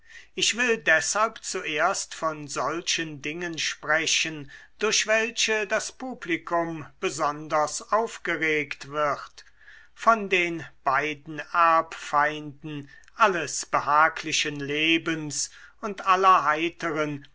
ich will deshalb zuerst von solchen dingen sprechen durch welche das publikum besonders aufgeregt wird von den beiden erbfeinden alles behaglichen lebens und aller heiteren